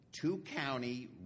two-county